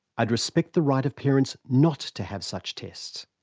i'd respect the right of parents not to have such tests.